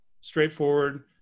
straightforward